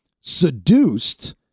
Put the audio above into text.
seduced